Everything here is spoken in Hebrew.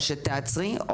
או שנעצור אותך,